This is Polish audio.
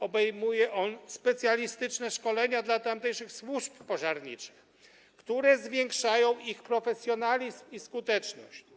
Obejmuje on specjalistyczne szkolenia dla tamtejszych służb pożarniczych, które zwiększają ich profesjonalizm i skuteczność.